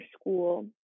school